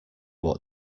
what